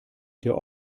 der